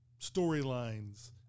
storylines